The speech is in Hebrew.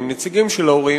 עם נציגים של ההורים,